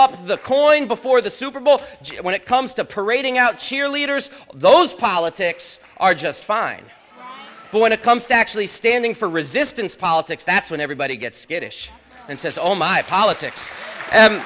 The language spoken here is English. up the coin before the super bowl when it comes to parading out cheerleaders those politics are just fine but when it comes to actually standing for resistance politics that's when everybody gets skittish and says oh my politics